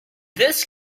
this